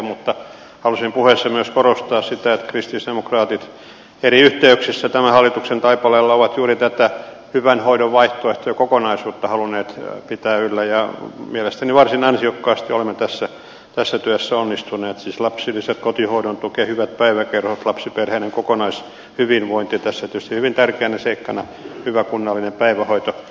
mutta halusin puheessa myös korostaa sitä että kristillisdemokraatit eri yhteyksissä tämän hallituksen taipaleella ovat juuri tätä hyvän hoidon vaihtoehtojen kokonaisuutta halunneet pitää yllä ja mielestäni varsin ansiokkaasti olemme tässä työssä onnistuneet siis lapsilisät kotihoidon tuki hyvät päiväkerhot lapsiperheiden kokonaishyvinvointi tässä tietysti hyvin tärkeänä seikkana hyvä kunnallinen päivähoito